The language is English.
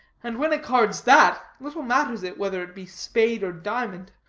and when a card's that, little matters it whether it be spade or diamond.